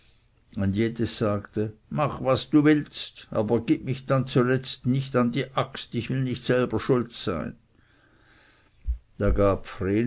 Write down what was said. ein jedes sagte mach was du willst aber gib mich dann zuletzt nicht an die axt ich will nicht schuld sein da gab